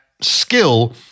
skill